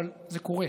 אבל זה קורה,